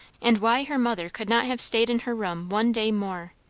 and why her mother could not have staid in her room one day more.